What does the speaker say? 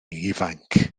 ifanc